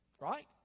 right